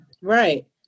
Right